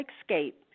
escape